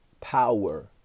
power